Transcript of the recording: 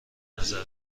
نظر